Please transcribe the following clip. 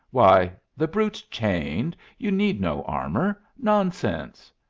why, the brute's chained. you need no armour. nonsense!